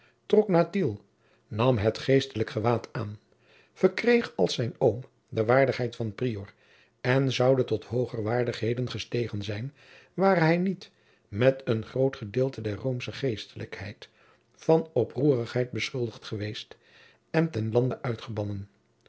trok naar tiel nam het geestelijk gewaad aan verkreeg als zijn oom de waardigheid van prior en zoude tot hooger waardigheden gestegen zijn ware hij niet met een groot gedeelte der roomsche geestelijkheid van oproerigheid beschuldigd geweest en ten lande uitgebannen